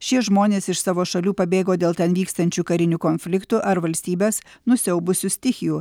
šie žmonės iš savo šalių pabėgo dėl ten vykstančių karinių konfliktų ar valstybes nusiaubusių stichijų